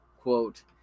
quote